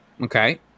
Okay